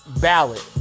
ballad